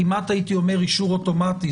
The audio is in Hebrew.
כמעט הייתי אומר אישור אוטומטי,